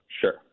Sure